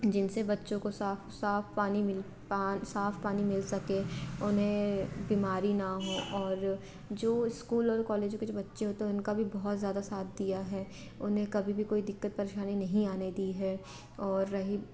जिन से बच्चों को साफ़ साफ़ पानी में पान साफ़ पानी मिल सके उन्हें बीमारी ना हो और जो स्कूल और कॉलेजों के बच्चे हो तो उनका भी बहुत ज़्यादा साथ दिया है उन्हें कभी भी कोई दिक्कत परेशानी नहीं आने दी है और रही